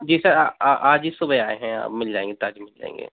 जी sir आज ही सुबह आये हैं मिल जायेंगे ताजे मिल जायेंगे